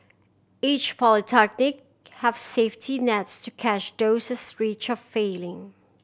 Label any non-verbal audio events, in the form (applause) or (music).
each polytechnic has safety nets to catch those (unintelligible) risk of failing